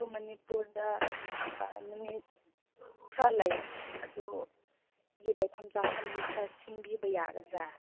ꯑꯗꯨ ꯃꯅꯤꯄꯨꯔꯗ ꯅꯨꯃꯤꯠ ꯈꯔ ꯂꯩ ꯑꯗꯨꯒꯤ ꯂꯩꯐꯝ ꯆꯥꯐꯝꯒꯤ ꯈꯔ ꯁꯤꯟꯕꯤꯕ ꯌꯥꯒꯗ꯭ꯔꯥ